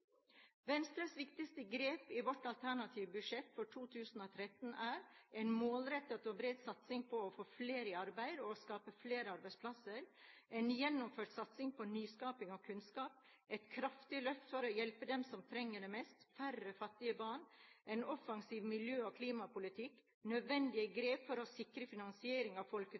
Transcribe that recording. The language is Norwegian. Venstres viktigste grep i sitt alternative budsjett for 2013 er: en målrettet og bred satsing på å få flere i arbeid og å skape flere arbeidsplasser en gjennomført satsing på nyskaping og kunnskap et kraftig løft for å hjelpe dem som trenger det mest – færre fattige barn en offensiv miljø- og klimapolitikk nødvendige grep for å sikre finansieringen av